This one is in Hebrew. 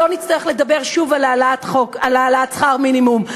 לא נצטרך לדבר שוב על העלאת שכר מינימום.